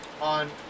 on